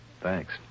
Thanks